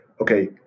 okay